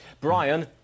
Brian